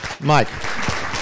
Mike